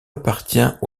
appartient